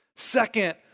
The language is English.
Second